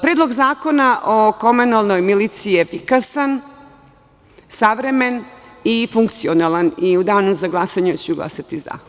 Predlog zakona o komunalnoj miliciji je efikasan, savremen i funkcionalan i u danu za glasanje ću glasati za.